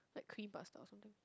like cream pasta or something